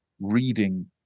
reading